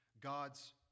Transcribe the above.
God's